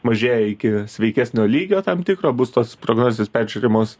mažėja iki sveikesnio lygio tam tikro bus tos prognozės peržiūrimos